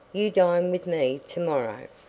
you dine with me to-morrow.